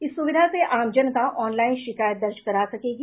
इस सुविधा से आम जनता ऑनलाईन शिकायत दर्ज करा सकेगी